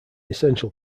essential